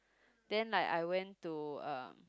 then like I went to um